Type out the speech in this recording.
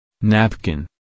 Napkin